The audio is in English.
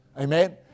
Amen